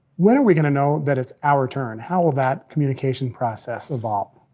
when are we gonna know that it's our turn? how ah that communication process evolve?